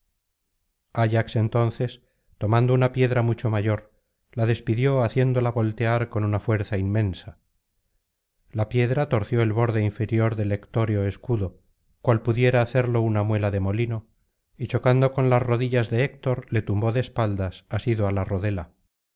ayax entonces tomando una piedra mucho mayor la despidió haciéndola voltear con una fuerza inmensa la piedra torció el borde inferior del hectóreo escudo cual pudiera hacerlo una muela de molino y chocando con las rodillas de héctor le tumbó de espaldas asido á la rodela